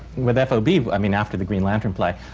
with f o b, i mean after the green lantern play,